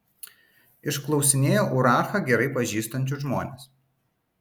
išklausinėjo urachą gerai pažįstančius žmones